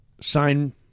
sign